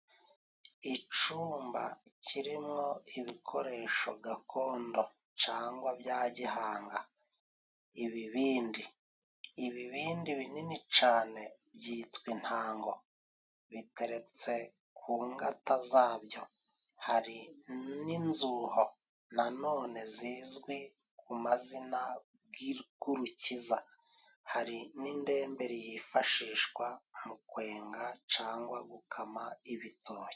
Icumba cirimwo ibikoresho gakondo cangwa bya gihanga, ibibindi. Ibibindi binini cane byitwa intango biteretse ku ngata za byo. Hari n'inzuho nanone zizwi ku mazina gw'urukiza. Hari n'indemberi yifashishwa mu kwenga cangwa gukama ibitoki.